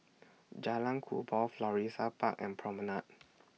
Jalan Kubor Florissa Park and Promenade